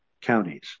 counties